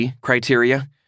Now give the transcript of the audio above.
criteria